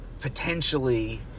potentially